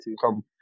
Come